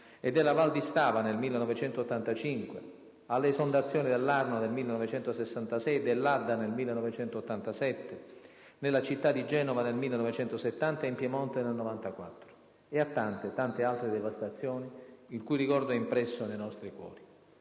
e della Val di Stava nel 1985, alle esondazioni dell'Arno nel 1966 e dell'Adda nel 1987, nella città di Genova nel 1970 e in Piemonte nel 1994. E a tante, tante altre devastazioni, il cui ricordo è impresso nei nostri cuori.